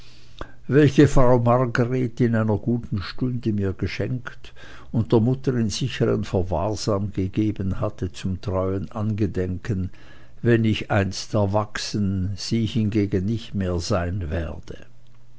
welche frau margret in einer guten stunde mir geschenkt und der mutter in sichern verwahrsam gegeben hatte zum treuen angedenken wenn ich einst erwachsen sie hingegen nicht mehr sein werde